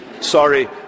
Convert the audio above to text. Sorry